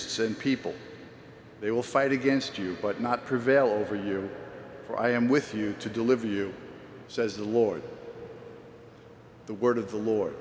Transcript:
and people they will fight against you but not prevail over you for i am with you to deliver you says the lord the word of the lord